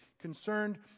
concerned